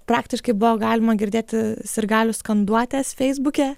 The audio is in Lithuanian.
praktiškai buvo galima girdėti sirgalių skanduotes feisbuke